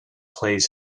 plays